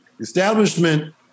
Establishment